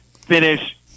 finish